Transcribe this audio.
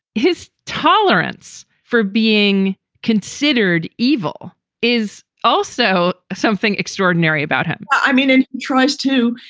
his tolerance for being considered evil is also something extraordinary about him i mean, it tries to,